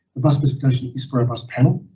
the bus specification is for our bus panel,